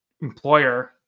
employer